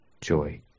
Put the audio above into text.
joy